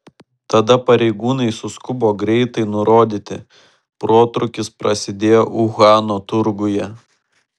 tada pareigūnai suskubo greitai nurodyti protrūkis prasidėjo uhano turguje